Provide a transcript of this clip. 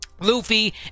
Luffy